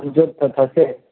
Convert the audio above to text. અને જો થશે